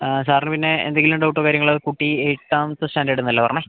ആ സാറിന് പിന്നേ എന്തെങ്കിലും ഡൗട്ടോ കാര്യങ്ങളോ കുട്ടി എട്ടാമത്തെ സ്റ്റാൻഡേർഡ്ന്നല്ലേ പറഞ്ഞേ